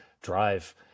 drive